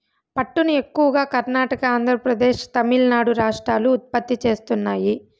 పట్టును ఎక్కువగా కర్ణాటక, ఆంద్రప్రదేశ్, తమిళనాడు రాష్ట్రాలు ఉత్పత్తి చేస్తున్నాయి